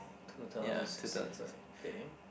two thousand sixty five okay